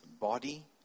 body